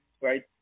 right